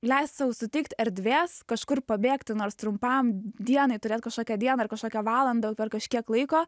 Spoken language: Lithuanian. leist sau suteikt erdvės kažkur pabėgti nors trumpam dienai turėt kažkokią dieną ar kažkokią valandą jau per kažkiek laiko